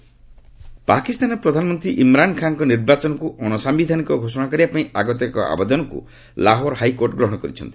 court Imran Khan ପାକିସ୍ତାନର ପ୍ରଧାନମନ୍ତ୍ରୀ ଇମ୍ରାନ୍ ଖାନ୍ଙ୍କ ନିର୍ବାଚନକୁ ଅଶସମ୍ଭିଧାନିକ ଘୋଷଣା କରିବା ପାଇଁ ଆଗତ ଏକ ଆବେଦନକୁ ଲାହୋର ହାଇକୋର୍ଟ ଗ୍ରହଣ କରିଛନ୍ତି